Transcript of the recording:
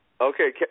Okay